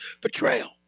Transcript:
betrayal